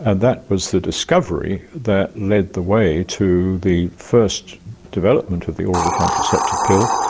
and that was the discovery that led the way to the first development of the oral contraceptive pill,